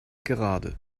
gerade